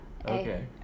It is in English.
Okay